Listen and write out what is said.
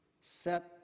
set